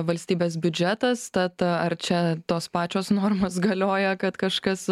valstybės biudžetas tad ar čia tos pačios normos galioja kad kažkas